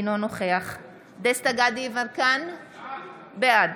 אינו נוכח דסטה גדי יברקן, בעד